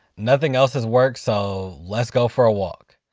nothing else has worked, so let's go for a walk